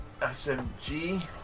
SMG